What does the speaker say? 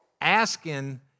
asking